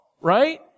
right